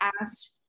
asked